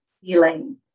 feeling